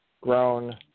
grown